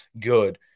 good